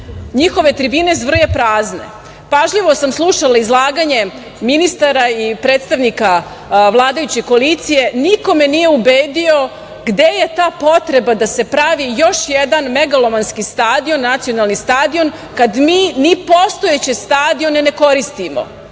evra. Njihove tribine zvrje prazne. Pažljivo sam slušala izlaganje ministara i predstavnika vladajuće koalicije. Niko me nije ubedio gde je ta potreba da se pravi još jedan megalomanski stadion, Nacionalni stadion, kada mi postojeće stadione ne koristimo.